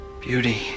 beauty